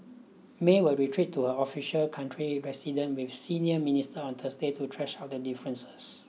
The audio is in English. May will retreat to her official country residence with senior ministers on Thursday to thrash out their differences